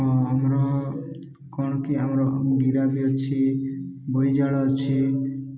ଆମର କ'ଣ କି ଆମର ଗିରାବି ଅଛି ବୋଇଜାଳ ଅଛି ଆ